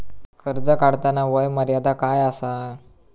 कर्ज काढताना वय मर्यादा काय आसा?